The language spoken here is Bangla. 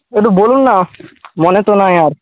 ওটা বলুন না মনে তো নেই আর